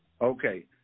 Okay